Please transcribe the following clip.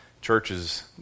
churches